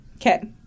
okay